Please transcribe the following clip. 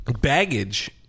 baggage